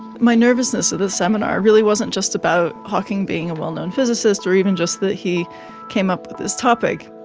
my nervousness at the seminar really wasn't just about hawking being a well-known physicist or even just that he came up with this topic,